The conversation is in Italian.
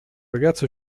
ragazzo